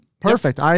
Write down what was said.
Perfect